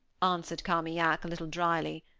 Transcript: answered carmaignac, a little dryly.